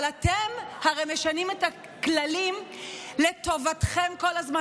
אבל אתם הרי משנים את הכללים לטובתכם כל הזמן.